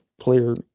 clear